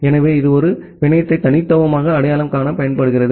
எனவே இது ஒரு பிணையத்தை தனித்துவமாக அடையாளம் காண பயன்படுகிறது